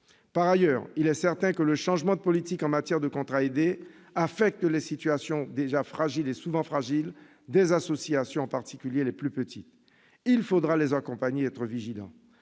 Par ailleurs, il est certain que le changement de politique en matière de contrats aidés affecte les situations déjà fragiles des associations, en particulier les plus petites. Il faudra les accompagner et être vigilants.